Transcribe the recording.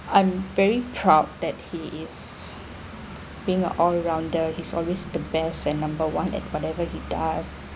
I'm very proud that he is being a all rounder is always the best and number one at whatever he does